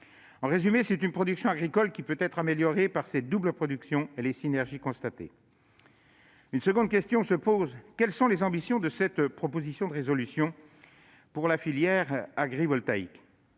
En résumé, la production agricole peut être améliorée par cette double production et les synergies constatées. Une seconde question se pose : quelles sont les ambitions de cette proposition de résolution pour la filière agrivoltaïque ?